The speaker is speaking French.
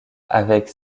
avec